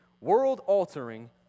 world-altering